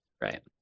right